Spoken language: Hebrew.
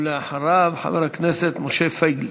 ואחריו, חבר הכנסת משה פייגלין.